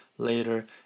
later